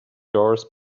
doors